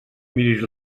mires